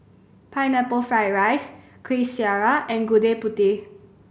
Pineapple Fried rice Kuih Syara and Gudeg Putih